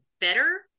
better